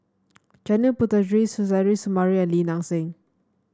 Janil Puthucheary Suzairhe Sumari and Lim Nang Seng